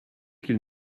qu’il